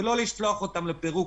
ולא לשלוח אותן לפירוק,